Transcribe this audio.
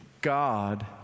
God